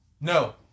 No